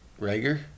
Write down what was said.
Rager